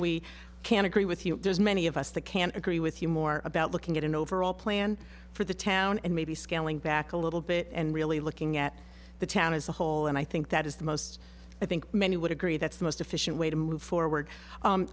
we can agree with you there's many of us that can agree with you more about looking at an overall plan for the town and maybe scaling back a little bit and really looking at the town as a whole and i think that is the most i think many would agree that's the most efficient way to move forward